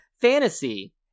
fantasy